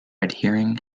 adhering